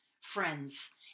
friends